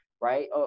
right